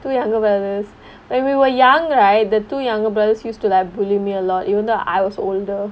two younger brothers when we were young right the two younger brothers used to like bully me a lot even though I was older